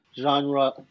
genre